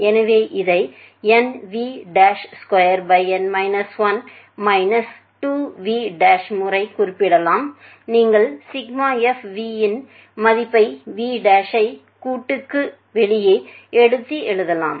எனவே இதை nv2 minus 2v முறை குறிப்பிடலாம் நீங்கள் ∑fv இன் மதிப்பை vஐ கூட்டுக்கு வெளியே எடுத்து எழுதலாம்